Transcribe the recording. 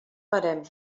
parem